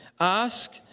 Ask